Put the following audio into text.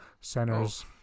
centers